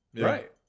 Right